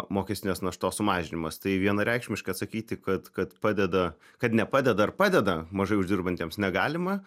mokestinės naštos sumažinimas tai vienareikšmiškai atsakyti kad kad padeda kad nepadeda ar padeda mažai uždirbantiems negalima